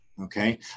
Okay